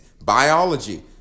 Biology